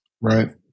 right